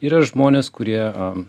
yra žmonės kurie